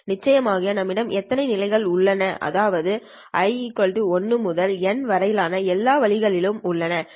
நிச்சயமாக நம்மிடம் எத்தனை நிலைகள் உள்ளன அதாவது i 1 முதல் n வரை எல்லா வழிகளிலும் உள்ளது சரி